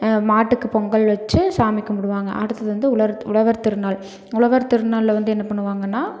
மாட்டுக்கு பொங்கல் வச்சு சாமி கும்பிடுவாங்க அடுத்தது வந்து உழர் உழவர் திருநாள் உழவர் திருநாளில் வந்து என்ன பண்ணுவாங்கன்னால்